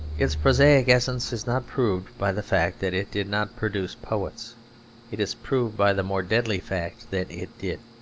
its prosaic essence is not proved by the fact that it did not produce poets it is proved by the more deadly fact that it did.